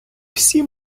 всі